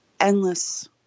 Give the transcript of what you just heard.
endless